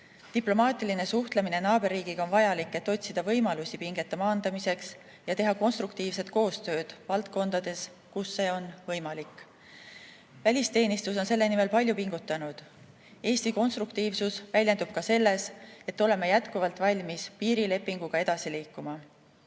Diplomaatiline suhtlemine naaberriigiga on vajalik, et otsida võimalusi pingete maandamiseks ja teha konstruktiivset koostööd valdkondades, kus see on võimalik. Välisteenistus on selle nimel palju pingutanud. Eesti konstruktiivsus väljendub ka selles, et oleme jätkuvalt valmis piirilepinguga edasi liikuma.